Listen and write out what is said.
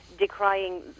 decrying